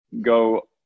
go